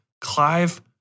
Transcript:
Clive